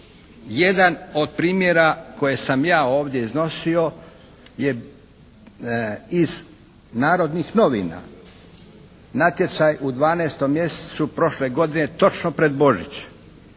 Jedan od primjera koje sam ja ovdje iznosio je iz "Narodnih novina". Natječaj u 12. mjesecu prošle godine, točno pred Božić.